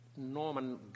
Norman